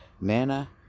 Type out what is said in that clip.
Nana